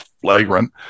flagrant